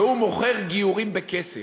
והוא מוכר גיורים בכסף,